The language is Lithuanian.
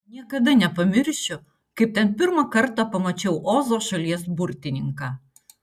niekada nepamiršiu kaip ten pirmą kartą pamačiau ozo šalies burtininką